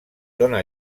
dóna